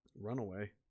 Runaway